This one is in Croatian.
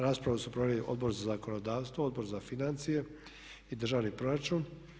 Raspravu su proveli Odbor za zakonodavstvo, Odbor za financije i državni proračun.